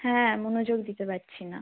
হ্যাঁ মনোযোগ দিতে পারছি না